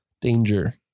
Danger